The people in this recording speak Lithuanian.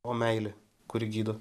o meilė kuri gydo